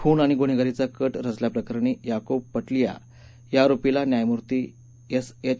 खून आणि गुन्हेगारीचा कट रचल्याप्रकरणी याकुब पटलिया या आरोपीला न्यायमूर्ती एस एच